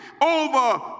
over